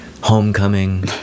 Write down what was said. Homecoming